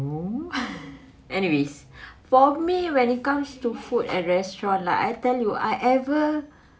no anyways for me when it comes to food and restaurant lah I tell you I ever